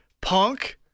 Punk